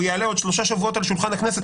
הוא יעלה עוד שלושה שבועות על שולחן הכנסת,